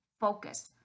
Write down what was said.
focus